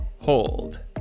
hold